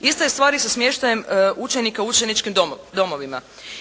Ista je stvar i sa smještajem učenika u učeničkim domovima.